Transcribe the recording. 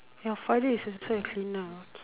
your father is also a cleaner okay